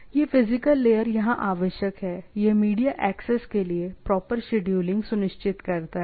यह physical layer यहां आवश्यक है यह मीडिया एक्सेस के लिए प्रॉपर शेड्यूलिंग सुनिश्चित करता है